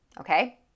Okay